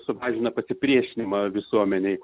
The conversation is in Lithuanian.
sumažina pasipriešinimą visuomenei